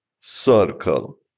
circle